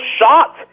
shot